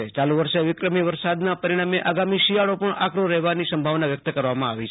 યાલુ વર્ષે વિક્રમી વરસાદના પરિણામે આગામી શિયાળો પણ આકરો રહેવાની સંભાવના વ્યક્ત કરવામાં આવી છે